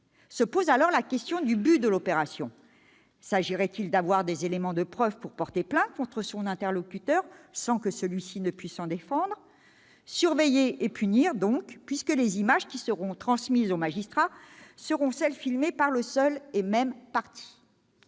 Se pose alors la question du but de l'opération : s'agirait-il d'avoir des éléments de preuve pour porter plainte contre son interlocuteur, sans que celui-ci puisse s'en défendre ?« Surveiller et punir », donc, puisque les images qui seront transmises aux magistrats seront celles qui seront filmées par une seule et même partie.